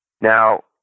Now